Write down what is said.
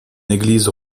église